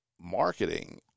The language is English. marketing